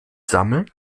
sammeln